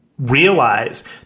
realize